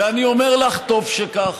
ואני אומר לך שטוב שכך,